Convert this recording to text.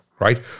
right